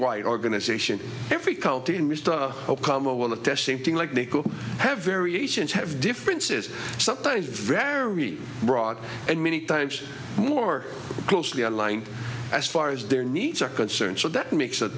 wide organization every well the testing thing like they could have variations have differences sometimes very broad and many times more closely aligned as far as their needs are concerned so that makes it